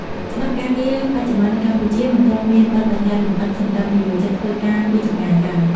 ច្បាប់ការងារបច្ចុប្បន្ននៅកម្ពុជា មិនទាន់មានបទប្បញ្ញត្តិលម្អិតសម្រាប់និយោជិតធ្វើការពីចម្ងាយឡើយ។